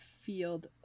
field